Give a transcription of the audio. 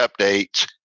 updates